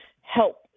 help